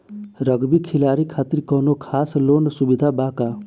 Rugby खिलाड़ी खातिर कौनो खास लोन सुविधा बा का?